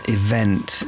event